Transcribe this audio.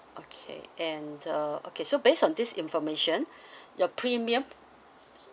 okay and the okay so based on this information your premium